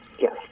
yes